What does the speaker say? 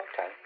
okay